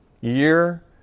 Year